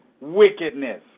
wickedness